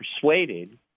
persuaded